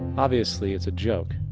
obviously it's a joke.